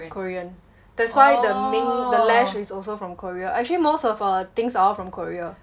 korean that's why the mink the lash is also from korea actually most of her things are all from korea